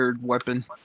weapon